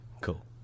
Cool